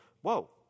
whoa